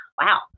wow